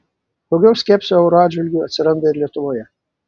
daugiau skepsio euro atžvilgiu atsiranda ir lietuvoje